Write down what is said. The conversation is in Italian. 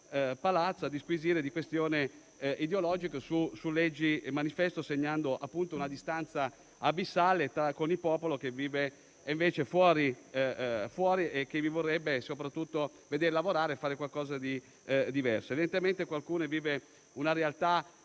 palazzo a disquisire di questioni ideologiche su leggi manifesto, segnando una distanza abissale con il popolo che vive invece fuori e che vi vorrebbe vedere lavorare e fare qualcosa di diverso. Evidentemente qualcuno vive in una realtà